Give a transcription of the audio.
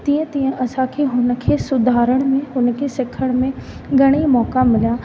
तीअं तीअं असांखे हुन खे सुधारण में उन खे सिखण में घणेई मौक़ा मिलिया